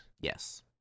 Yes